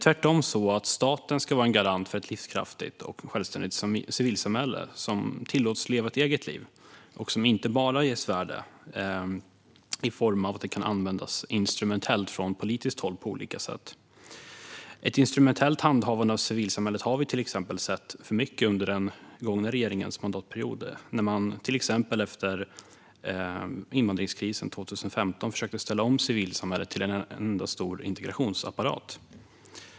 Tvärtom ska staten vara en garant för ett livskraftigt och självständigt civilsamhälle som tillåts leva ett eget liv och som inte bara ges värde genom att det på olika sätt kan användas instrumentellt från politiskt håll. Ett instrumentellt handhavande av civilsamhället har vi sett för mycket av under den gångna mandatperioden då regeringen till exempel efter invandringskrisen 2015 försökte ställa om civilsamhället till en enda stor integrationsapparat.